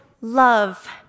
love